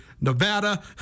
Nevada